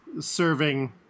serving